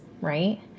right